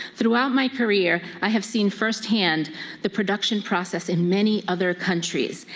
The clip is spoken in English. throughout my career, i have seen firsthand the production process in many other countries.